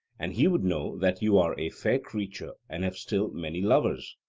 and he would know that you are a fair creature and have still many lovers.